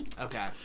Okay